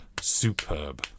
superb